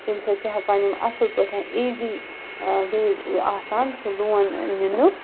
تمہِ سۭتۍ چھِ ہٮ۪کان یِم اَصٕل پٲٹھۍ ایٖزی وے آسان سُہ لون نِنُک